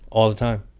all the time.